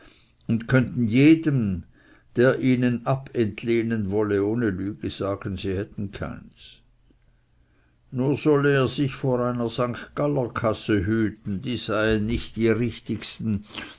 und könnten jedem der ihnen abentlehnen wolle ohne lüge sagen sie hätten keins nur solle er sich vor einer st galler kasse hüten die seien nicht die richtigsten